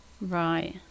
right